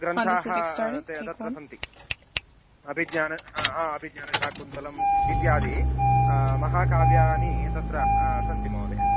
ग्रन्थाः ते तत्र सन्ति अभिज्ञानं हा हा अभिज्ञानशाकुन्तलम् इत्यादि महाकाव्यानि तत्र सन्ति महोदय